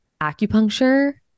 Acupuncture